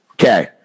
Okay